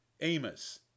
Amos